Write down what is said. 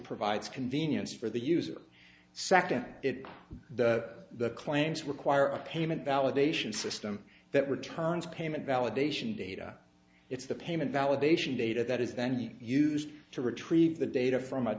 provides convenience for the user second the the claims require a payment validation system that returns payment validation data it's the payment validation data that is then used to retrieve the data from